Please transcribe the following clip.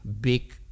big